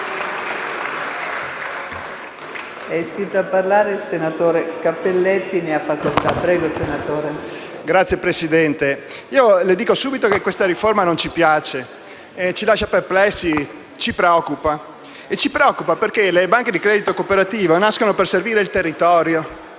le dico subito che questa riforma non ci piace, ci lascia perplessi e ci preoccupa. Ci preoccupa perché le banche di credito cooperativo nascono per servire il territorio,